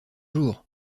jours